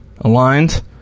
aligned